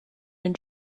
and